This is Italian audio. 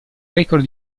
record